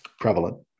prevalent